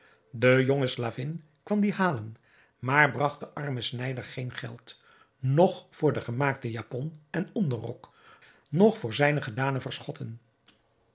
de jonge slavin kwam dien halen maar bragt den armen snijder geen geld noch voor de gemaakte japon en onderrok noch voor zijne gedane verschotten